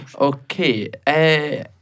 Okay